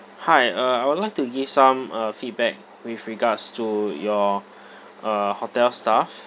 hi uh I would like to give some uh feedback with regards to your uh hotel staff